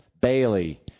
Bailey